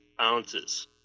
ounces